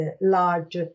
large